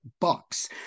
bucks